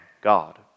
God